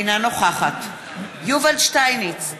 אינה נוכחת יובל שטייניץ,